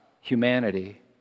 Humanity